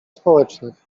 społecznych